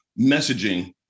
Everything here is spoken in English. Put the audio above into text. messaging